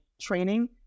training